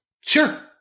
Sure